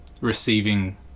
receiving